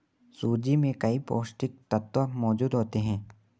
सूजी में कई पौष्टिक तत्त्व मौजूद होते हैं